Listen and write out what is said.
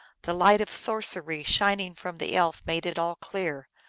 the light of sorcery shining from the elf made it all clear,